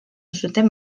zuten